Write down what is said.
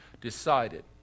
decided